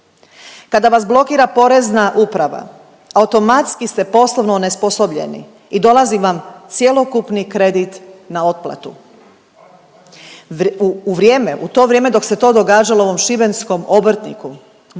Kada vas blokira Porezna uprava automatski ste poslovno onesposobljeni i dolazi vam cjelokupni kredit na otplatu. U vrijeme u to vrijeme dok se to događalo ovom šibenskom obrtniku,